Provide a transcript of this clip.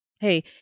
hey